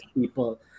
people